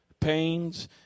pains